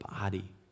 body